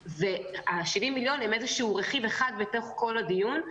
70 מיליון שקל הם רכיב אחד בתוך כל הדיון,